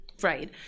Right